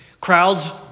Crowds